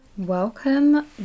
Welcome